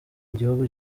igihugu